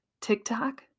TikTok